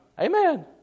Amen